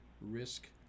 risk